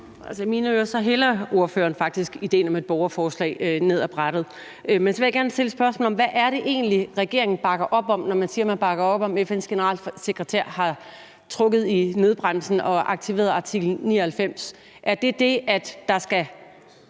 I mine ører hælder ordføreren faktisk idéen om et borgerforslag ned ad brættet. Men så vil jeg gerne spørge: Hvad er det egentlig, regeringen bakker op om, når man siger, man bakker op om, at FN's generalsekretær har trukket i nødbremsen og aktiveret artikel 99? Er det dét, at der skal